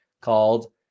called